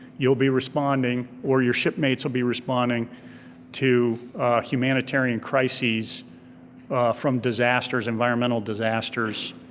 you'll be responding or your shipmates will be responding to humanitarian crises from disasters, environmental disasters,